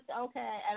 okay